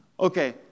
Okay